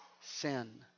sin